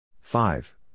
Five